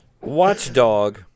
Watchdog